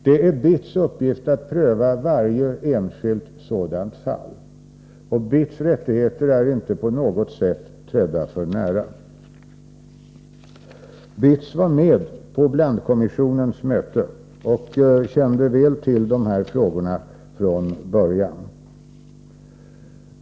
Det är BITS uppgift att pröva varje enskilt sådant fall, och BITS rättigheter är inte på något sätt trädda för nära. BITS var med på blandkommissionens möte och kände väl till dessa frågor från början.